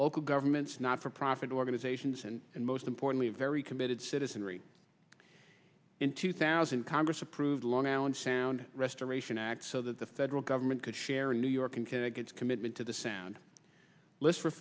local governments not for profit organizations and and most importantly a very committed citizenry in two thousand congress approved long island sound restoration act so that the federal government could share in new york and get a commitment to the sound list for